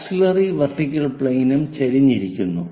auxiliary vertical പ്ലെയിനും ചരിഞ്ഞിരിക്കുന്നു